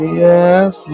yes